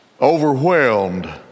overwhelmed